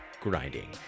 grinding